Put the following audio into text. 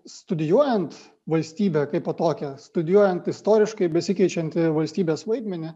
studijuojant valstybę kaipo tokią studijuojant istoriškai besikeičiantį valstybės vaidmenį